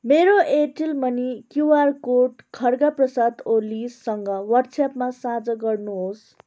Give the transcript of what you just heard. मेरो Airtel money QR code Khadgaprasad ओलीसँग व्हाट्सएपमा साझा गर्नुहोस्